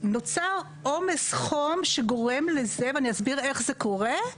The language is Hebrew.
נוצר עומס חום שגורם לזה, ואני אסביר איך זה קורה,